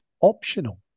optional